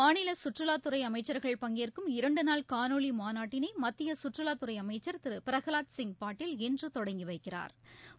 மாநில சுற்றுவாத் துறை அமைச்சர்கள் பங்கேற்கும் இரண்டு நாள் காணொலி மாநாட்டினை மத்திய சுற்றுலாத்துறை அமைச்சா் திரு பிரகலாத் சிங் பாட்டீல் இன்று தொடங்கி வைக்கிறாா்